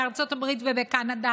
בארצות הברית ובקנדה,